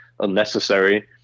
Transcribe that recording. unnecessary